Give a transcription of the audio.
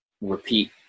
repeat